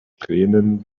kränen